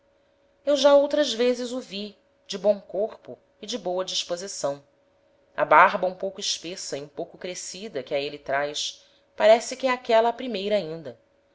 eu já outras vezes o vi de bom corpo e de boa disposição a barba um pouco espessa e um pouco crescida que a êle traz parece que é aquela a primeira ainda